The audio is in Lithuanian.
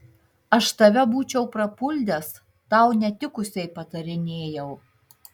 aš tave būčiau prapuldęs tau netikusiai patarinėjau